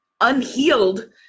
unhealed